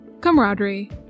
camaraderie